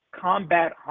combat